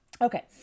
okay